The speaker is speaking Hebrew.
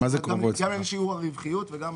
גם בעניין שיעור הרווחיות וגם